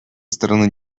стороны